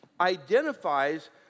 identifies